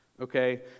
Okay